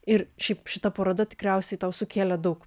ir šiaip šita paroda tikriausiai tau sukėlė daug